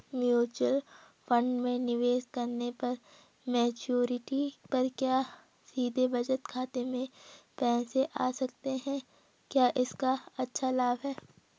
Mutual fund में निवेश करने पर मैच्योरिटी पर क्या सीधे बचत खाते में पैसे आ सकते हैं क्या इसका अच्छा लाभ है?